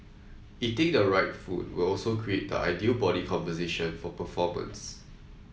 eating the right food will also create the ideal body composition for performance